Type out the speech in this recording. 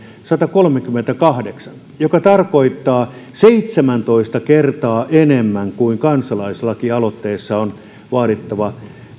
satakolmekymmentäkahdeksan mikä tarkoittaa seitsemäntoista kertaa enemmän kuin kansalaislakialoitteessa on vaadittava